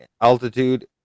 altitude